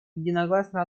единогласно